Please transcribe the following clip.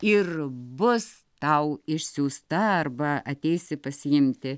ir bus tau išsiųsta arba ateisi pasiimti